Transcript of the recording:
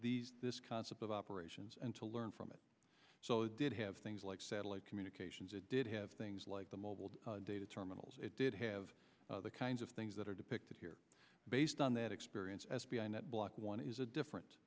test this concept of operations and to learn from it so it did have things like satellite communications it did have things like the mobile data terminals it did have the kinds of things that are depicted here based on that experience as beyond that block one is a different